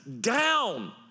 down